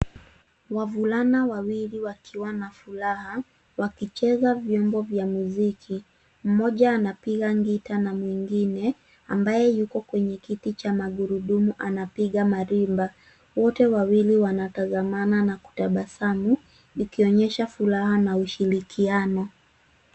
Wavulana wawili wakiwa na furaha, wakicheza vyombo vya muziki, mmoja anapiga gitaa, na mwingine ambaye yuko kwenye kiti cha magurudumu anapiga marimba. Wote wawili wanatazamana na kutabasamu, ikionyesha furaha na ushirikiano.